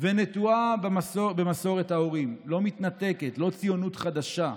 ונטועה במסורת ההורים, לא מתנתקת, לא ציונות חדשה,